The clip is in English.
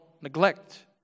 neglect